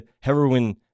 heroin